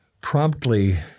promptly